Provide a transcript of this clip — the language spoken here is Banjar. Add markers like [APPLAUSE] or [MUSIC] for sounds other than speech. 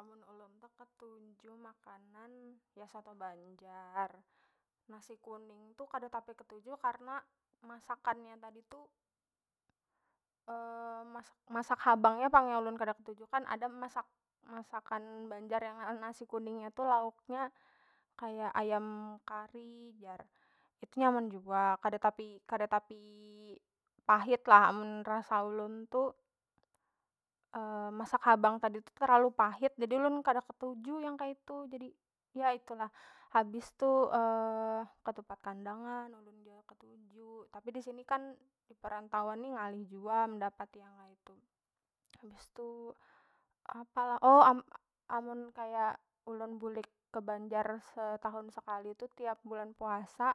Amun ulun tu ketuju makanan ya soto banjar, nasi kuning tu kada tapi ketuju karna masakan nya tadi tu [HESITATION] masak- masak habang nya pang yang ulun kada ketuju kan ada masak- masakan banjar yang nasi kuning nya tu lauk nya kaya ayam kari jar, itu nyaman jua kada tapi- kada tapi pahit lah amun rasa ulun tu [HESITATION] masak habang tadi tu terlalu pahit jadi ulun kada ketuju yang kaitu jadi, ya itu lah. Habis tu [HESITATION] katupat kandangan ulun jua ketuju tapi disini kan diperantauan ni ngalih jua mendapati yang kaitu. Habis tu apa lah [HESITATION] amun kaya ulun bulik ke banjar setahun sekali tu tiap bulan puasa